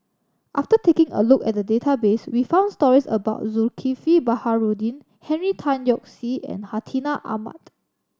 after taking a look at the database we found stories about Zulkifli Baharudin Henry Tan Yoke See and Hartinah Ahmad